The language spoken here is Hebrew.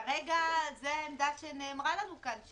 כרגע זאת העמדה שנאמרה לנו כאן,